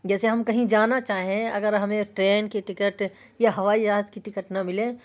جیسے ہم کہیں جانا چاہیں اگر ہمیں ٹرین کی ٹکٹ یا ہوائی جہاز کی ٹکٹ نہ ملے